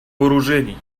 вооружений